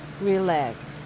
relaxed